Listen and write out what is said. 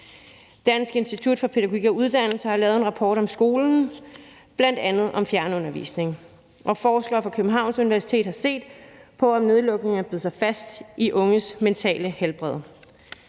Danmarks Institut for Pædagogik og Uddannelse har lavet en rapport om skolen, bl.a. om fjernundervisning, og forskere fra Københavns Universitet har set på, om nedlukningen har bidt sig fast i de unges mentale helbred.